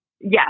Yes